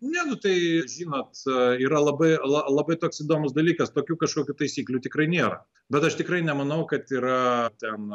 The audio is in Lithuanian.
ne nu tai žinot yra labai la labai toks įdomus dalykas tokių kažkokių taisyklių tikrai nėra bet aš tikrai nemanau kad yra ten